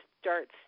starts